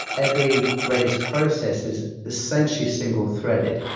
every redis process is essentially single-threaded,